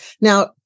Now